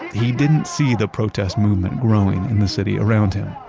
he didn't see the protest movement growing in the city around him